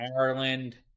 Ireland